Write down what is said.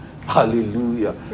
Hallelujah